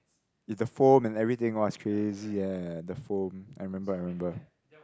is the foam and everything [wah] is crazy eh the foam I remember I remember